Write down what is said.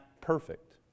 perfect